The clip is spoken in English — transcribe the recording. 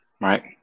Right